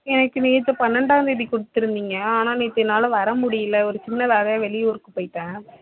எனக்கு நேற்று பன்னெண்டாந்தேதி கொடுத்துருந்தீங்க ஆனால் நேற்று என்னால் வர முடியல ஒரு சின்ன வேலையாக வெளியூருக்கு போய்ட்டேன்